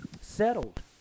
settled